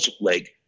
leg